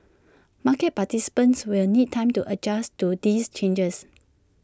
market participants will need time to adjust to these changes